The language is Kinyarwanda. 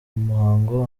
muhango